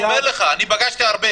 אני אומר לך, אני פגשתי הרבה